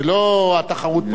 ולא התחרות פותרת אותו.